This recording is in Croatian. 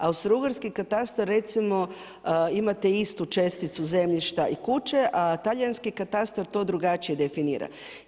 Austro-ugarski katastar recimo, imate istu česticu zemljišta i kući, a talijanski katastra to drugačije definira.